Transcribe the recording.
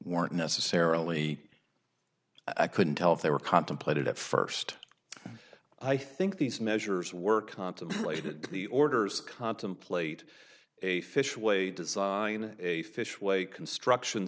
weren't necessarily i couldn't tell if they were contemplated at first i think these measures were contemplated the orders contemplate a fish way design a fish way construction